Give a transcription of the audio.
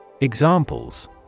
Examples